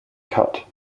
cut